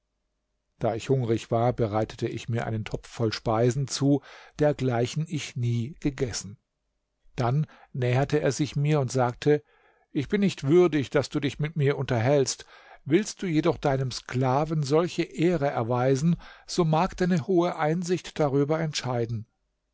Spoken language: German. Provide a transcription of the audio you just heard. da ich hungrig war bereitete ich mir einen topf voll speisen zu dergleichen ich nie gegessen dann näherte er sich mir und sagte ich bin nicht würdig daß du dich mit mir unterhältst willst du jedoch deinem sklaven solche ehre erweisen so mag deine hohe einsicht darüber entscheiden